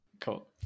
Cool